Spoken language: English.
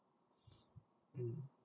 mm